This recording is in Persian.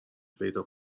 پیدا